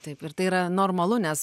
taip ir tai yra normalu nes